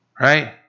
right